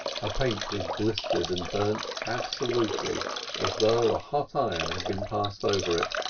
her paint was blistered and burnt absolutely as though a hot iron had been passed over it,